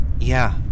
Yeah